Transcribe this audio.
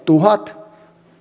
tuhat